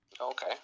Okay